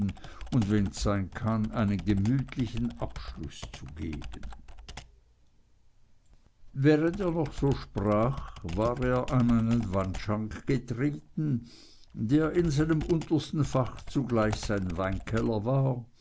und wenn's sein kann einen gemütlichen abschluß zu geben während er noch so sprach war er an einen wandschrank getreten der in seinem untersten fach zugleich sein weinkeller war